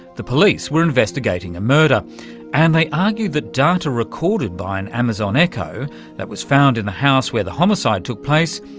the police were investigating a murder and they argued that data recorded by an amazon echo that was found in the house where the homicide took place,